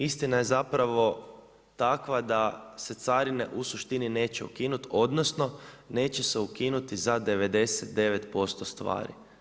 Istina je, istina je zapravo takva da se carine u suštini neće ukinuti, odnosno neće se ukinuti za 99% stvari.